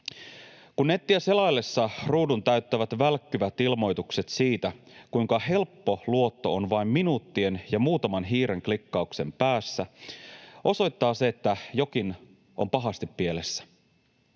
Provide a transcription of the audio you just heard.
Kun nettiä selaillessa ruudun täyttävät välkkyvät ilmoitukset siitä, kuinka helppo luotto on vain minuuttien ja muutaman hiirenklikkauksen päässä, osoittaa se, että jokin on pahasti pielessä.